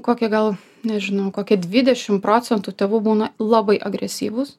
kokie gal nežinau kokie dvidešim procentų tėvų būna labai agresyvūs